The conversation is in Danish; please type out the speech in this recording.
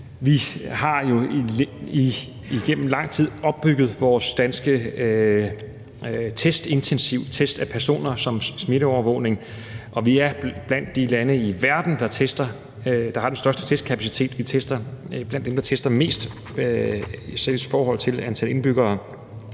Vi har igennem lang tid opbygget vores intensive danske testning af personer som smitteovervågning, og vi er blandt de lande i verden, der har den største testkapacitet. Vi er blandt dem, der tester mest set i forhold til antallet af indbyggere.